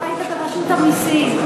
היית ברשות המסים.